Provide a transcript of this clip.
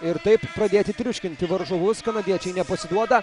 ir taip pradėti triuškinti varžovus kanadiečiai nepasiduoda